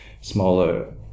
smaller